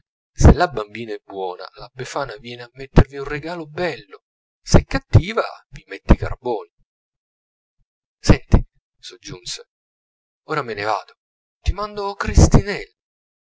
se la bambina è buona la befana viene a mettervi un regalo bello se è cattiva vi mette i carboni senti soggiunse ora me ne vado ti mando cristinella